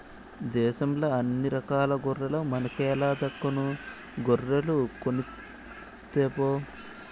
దేశంల అన్ని రకాల గొర్రెల మనకేల దక్కను గొర్రెలు కొనితేపో